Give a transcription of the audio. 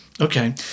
Okay